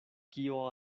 kio